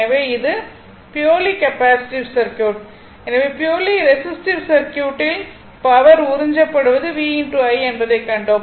எனவே இது purely capacitive circuit எனவே ப்யுர்லி ரெசிஸ்டிவ் சர்க்யூட்டில் பவர் உறிஞ்சப்படுவது v I என்பதைக் கண்டோம்